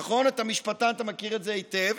נכון, אתה משפטן, אתה מכיר את זה היטב.